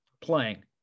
playing